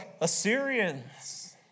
Assyrians